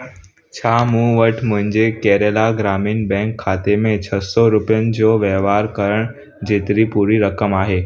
छा मूं वटि मुंहिंजे केरल ग्रामीण बैंक खाते में छह सौ रुपियनि जो वहिंवारु करणु जेतरी पूरी रक़म आहे